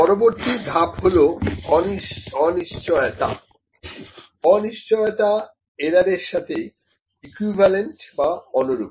পরবর্তী ধাপ হলো অনিশ্চয়তা অনিশ্চয়তা এরর এর সঙ্গে ইকুইভালেন্ট বা অনুরূপ